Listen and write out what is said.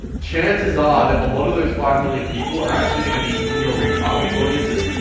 chances are that a lot of those five million people are actually going to be in your retargeting audiences.